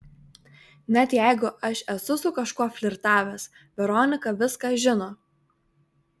net jeigu aš esu su kažkuo flirtavęs veronika viską žino